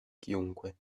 chiunque